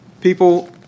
people